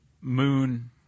moon